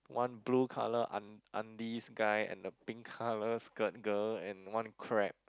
one blue colour un~ undies guy and a pink colour skirt girl and one crab